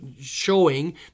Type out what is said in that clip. showing